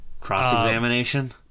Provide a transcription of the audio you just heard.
Cross-examination